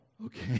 Okay